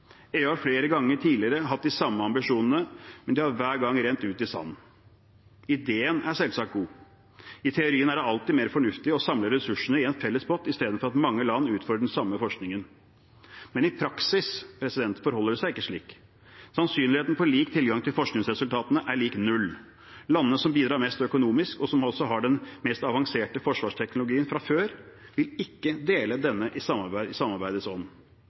har flere ganger tidligere hatt de samme ambisjonene, men det har hver gang rent ut i sanden. Ideen er selvsagt god. I teorien er det alltid mer fornuftig å samle ressursene i en fellespott i stedet for at mange land utfører den samme forskningen, men i praksis forholder det seg ikke slik. Sannsynligheten for lik tilgang til forskningsresultatene er lik null. Landene som bidrar mest økonomisk, og som også har den mest avanserte forsvarsteknologien fra før, vil ikke dele denne i